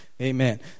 Amen